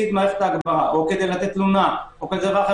את מערכת ההגברה או כדי לתת תלונה או משהו אחר,